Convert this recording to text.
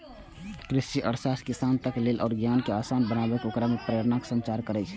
कृषि अर्थशास्त्र किसानक लेल नव ज्ञान कें आसान बनाके ओकरा मे प्रेरणाक संचार करै छै